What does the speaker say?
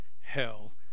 hell